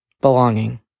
belonging